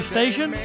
Station